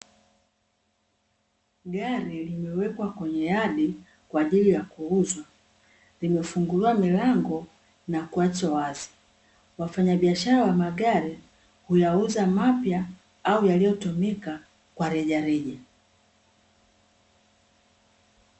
Gari limewekwa kwenye yadi kwa ajili ya kuuzwa. Limefunguliwa milango na kuachwa wazi. Wafanyabiashara wa magari huyauza mapya au yaliyotumika kwa rejareja.